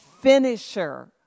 finisher